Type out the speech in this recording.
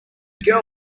girl